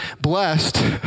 blessed